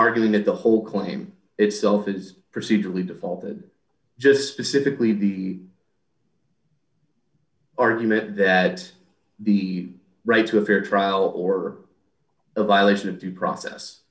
arguing that the whole claim itself is procedurally defaulted just specifically the argument that the right to a fair trial or a violation of due process